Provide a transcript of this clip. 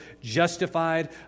justified